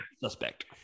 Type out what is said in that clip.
Suspect